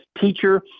teacher